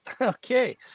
Okay